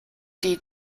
die